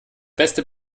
beste